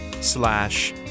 slash